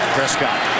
Prescott